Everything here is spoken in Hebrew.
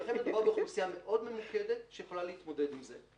מדובר באוכלוסייה מאוד ממוקדת שיכולה להתמודד עם זה.